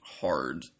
hard